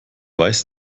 weiß